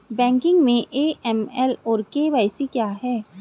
Banking में AML और KYC क्या हैं?